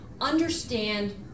understand